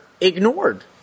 ignored